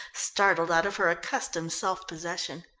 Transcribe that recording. startled out of her accustomed self-possession.